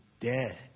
dead